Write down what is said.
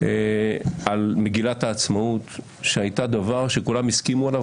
על מגילת העצמאות שהייתה דבר שכולם הסכימו עליו,